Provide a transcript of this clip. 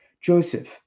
Joseph